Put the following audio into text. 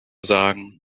sagen